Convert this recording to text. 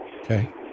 Okay